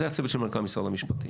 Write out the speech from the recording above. וזה הצוות של מנכ"ל משרד המשפטים.